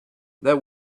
that